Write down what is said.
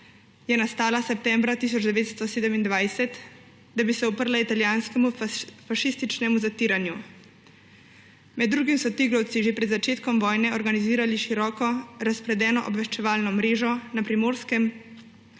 je nastala septembra 1927, da bi se uprla italijanskemu fašističnemu zatiranju. Med drugim so tigrovci že pred začetkom vojne organizirali široko razpredeno obveščevalno mrežo na Primorskem,